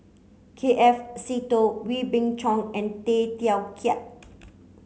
K F Seetoh Wee Beng Chong and Tay Teow Kiat